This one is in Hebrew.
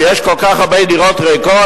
שיש בה כל כך הרבה דירות ריקות,